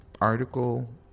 article